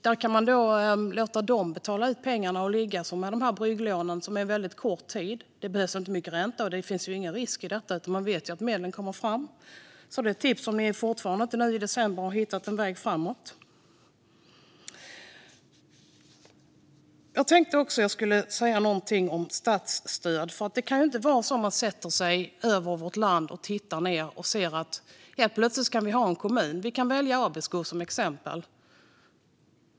Man kan låta dem betala ut pengarna och ligga ute med de här brygglånen. Det rör sig om väldigt kort tid, och det behövs inte mycket ränta. Det finns heller ingen risk i detta, utan man vet att medlen kommer fram. Om regeringen nu i december fortfarande inte har hittat en väg framåt är det här ett tips. Jag tänkte också säga någonting om statsstöd. Låt mig ta Abisko som exempel.